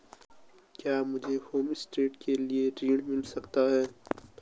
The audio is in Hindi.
क्या मुझे होमस्टे के लिए ऋण मिल सकता है?